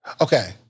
Okay